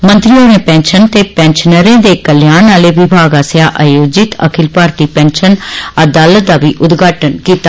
मंत्री होरें पेंशन ते पेंशनरें दे कल्याण आले विभाग पासेया आयोजित अखिल भारती पेंशन अदालत दा बी उदघाटन कीता